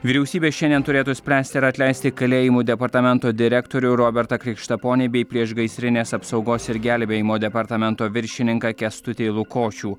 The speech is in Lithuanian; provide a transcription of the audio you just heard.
vyriausybė šiandien turėtų spręsti ar atleisti kalėjimų departamento direktorių robertą krikštaponį bei priešgaisrinės apsaugos ir gelbėjimo departamento viršininką kęstutį lukošių